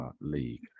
League